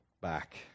back